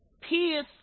Peace